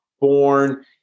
born